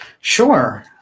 Sure